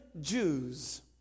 jews